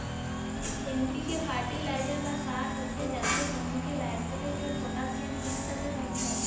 NPK fertiliser বা সার হছে যাতে জমিতে লাইটেরজেল, পটাশিয়াম ইকসাথে পৌঁছায়